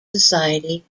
society